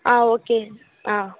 ஆ okay ஆ